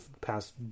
past